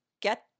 get